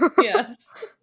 Yes